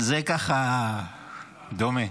זה ככה, דומה.